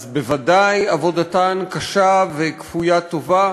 ואז בוודאי עבודתן קשה וכפוית תודה.